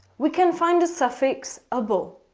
we can find a suffix able.